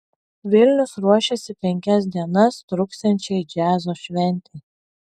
vilnius ruošiasi penkias dienas truksiančiai džiazo šventei